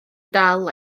dal